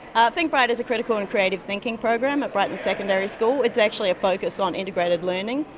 um think bright is a critical and creative thinking program at brighton secondary school. it's actually a focus on integrated learning,